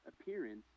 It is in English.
appearance